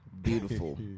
beautiful